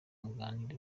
muganira